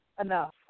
enough